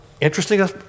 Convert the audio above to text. interesting